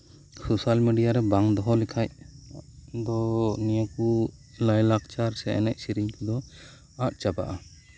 social media ᱨᱮ ᱵᱱᱟᱝ ᱫᱚᱦᱚ ᱞᱮᱠᱷᱟᱡ ᱫᱚ ᱱᱤᱭᱟᱹ ᱠᱚ ᱞᱟᱭ ᱞᱟᱠᱪᱟᱨ ᱥᱮ ᱮᱱᱮᱡ ᱥᱮᱨᱮᱧ ᱠᱚᱫᱚ ᱟᱫᱽ ᱪᱟᱵᱟᱜᱼᱟ